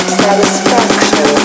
satisfaction